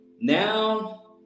Now